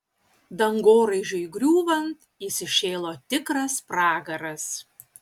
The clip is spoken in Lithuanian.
dangoraižiui griūvant įsišėlo tikras pragaras